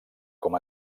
com